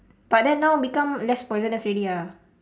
but then now become less poisonous already ah